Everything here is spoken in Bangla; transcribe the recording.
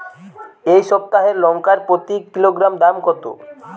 এই সপ্তাহের লঙ্কার প্রতি কিলোগ্রামে দাম কত?